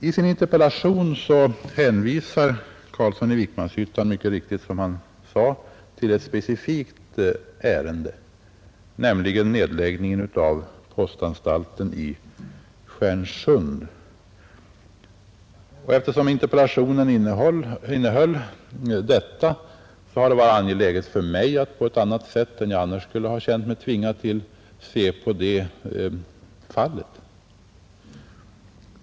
I sin interpellation hänvisar herr Carlsson i Vikmanshyttan, såsom han här påpekade, till ett speciellt ärende, nämligen nedläggningen av postanstalten i Stjärnsund. Därför har det varit angeläget för mig att se på det fallet på ett annat sätt än jag eljest skulle ha känt mig manad till.